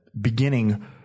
beginning